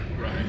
Right